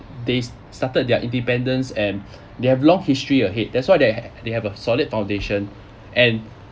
they started their independence and they have long history ahead that's why they ha~ they have a solid foundation and